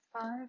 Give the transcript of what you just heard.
five